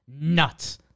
nuts